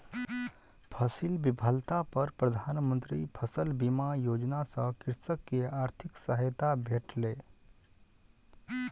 फसील विफलता पर प्रधान मंत्री फसल बीमा योजना सॅ कृषक के आर्थिक सहायता भेटलै